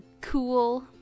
cool